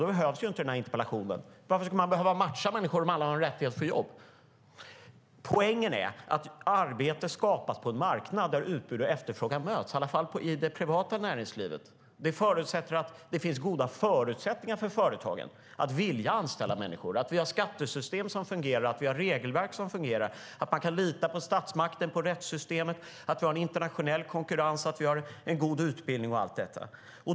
Då behövs ju inte den här interpellationen. Varför ska man behöva matcha människor om alla har en rättighet att få jobb? Poängen är att arbete skapas på en marknad där utbud och efterfrågan möts, i alla fall i det privata näringslivet. Det förutsätter att det finns goda förutsättningar för företagen att vilja anställa människor, att vi har skattesystem som fungerar, att vi har regelverk som fungerar, att man kan lita på statsmakten och på rättssystemet, att vi har en internationell konkurrens och att vi har en god utbildning och allt detta.